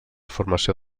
formació